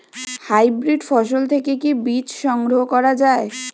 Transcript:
Hybrid ফসল থেকে কি বীজ সংগ্রহ করা য়ায়?